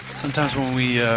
sometimes when we